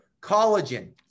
collagen